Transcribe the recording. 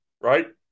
right